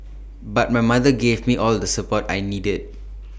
but my mother gave me all the support I needed